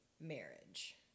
marriage